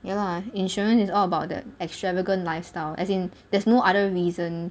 ya lah insurance is all about the extravagant lifestyle as in there's no other reason